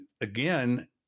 again